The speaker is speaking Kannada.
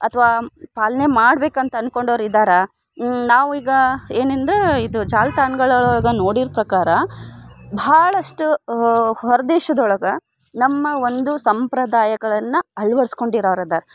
ಅಥ್ವಾ ಪಾಲನೆ ಮಾಡ್ಬೇಕು ಅಂತ ಅಂದ್ಕೊಂಡವ್ರು ಇದ್ದಾರೆ ನಾವು ಈಗ ಏನೆಂದರೆ ಇದು ಜಾಲತಾಣ್ಗಳು ಒಳಗೆ ನೋಡಿರೋ ಪ್ರಕಾರ ಭಾಳಷ್ಟು ಹೊರ ದೇಶದ ಒಳಗೆ ನಮ್ಮ ಒಂದು ಸಂಪ್ರದಾಯಗಳನ್ನು ಅಳ್ವಡ್ಸ್ಕೊಂಡು ಇರೋವ್ರು ಇದ್ದಾರೆ